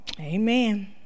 Amen